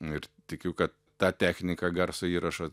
ir tikiu kad ta technika garso įrašo